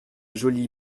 jolie